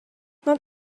not